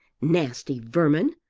nasty vermin!